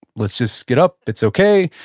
let's just get up, it's okay,